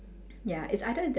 ya it's either that